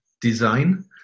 design